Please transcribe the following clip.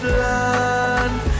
land